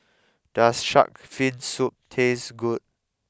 does Shark's Fin Soup taste good